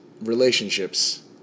relationships